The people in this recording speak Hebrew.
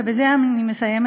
ובזה אני מסיימת,